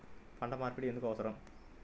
పంట మార్పిడి ఎందుకు అవసరం?